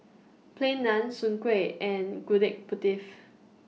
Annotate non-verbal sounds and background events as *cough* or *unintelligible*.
Plain Naan Soon Kueh and Gudeg *unintelligible*